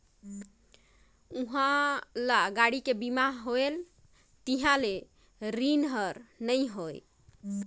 उहां ल गाड़ी के बीमा होथे तिहां ले रिन हें नई हों